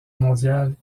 mondiale